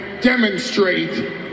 demonstrate